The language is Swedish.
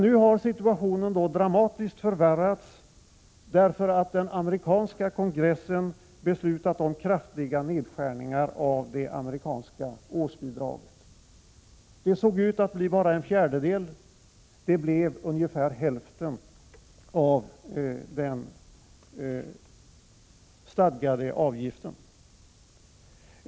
Nu har situationen dramatiskt förvärrats, därför att den amerikanska kongressen har beslutat om kraftiga nedskärningar av det amerikanska årsbidraget. Bidraget såg ut att bli en fjärdedel av den stadgade avgiften, men det blev ungefär hälften.